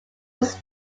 was